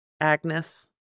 Agnes